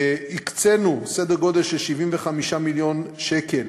הקצינו סדר גודל של 75 מיליון שקל